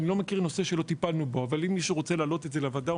אני לא מכיר נושא של טיפלנו בו אבל אם מישהו רוצה להעלות את זה לוועדה,